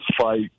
fight